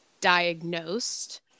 diagnosed